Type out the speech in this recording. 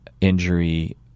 injury